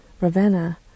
Ravenna